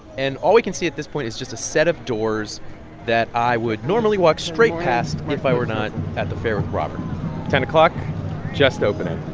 and all we can see at this point is just a set of doors that i would normally walk straight past if i were not at the fair with robert ten o'clock just opening